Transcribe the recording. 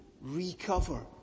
recover